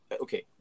okay